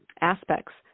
aspects